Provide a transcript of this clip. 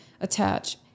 attach